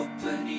Open